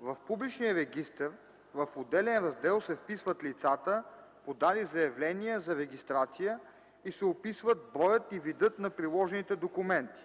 „В публичния регистър, в отделен раздел се вписват лицата, подали заявления за регистрация и се описват броят и видът на приложените документи.